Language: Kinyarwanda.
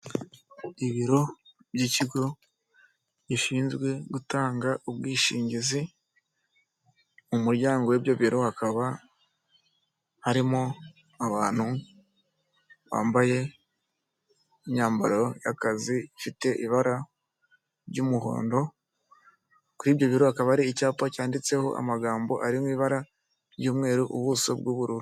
Ibiro by'ikigo gishinzwe gutanga ubwishingizi m'umuryango w'ibyo biro hakaba harimo abantu bambaye imyambaro y'akazi ifite ibara ry'umuhondo ku ibyo biri hakaba hari ibyapa byanditseho amagambo ari mu ibara ry'umweru ubuso bw'ubururu.